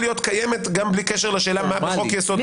להיות קיימת גם בלי קשר לשאלה מה זה חוק יסוד.